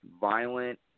violent